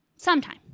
Sometime